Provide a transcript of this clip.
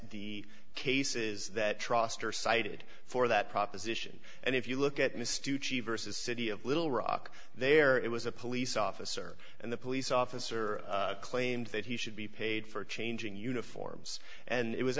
the cases that trustor cited for that proposition and if you look at misty achieve versus city of little rock there it was a police officer and the police officer claimed that he should be paid for changing uniforms and it was